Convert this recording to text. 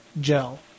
gel